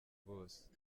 bose